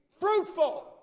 fruitful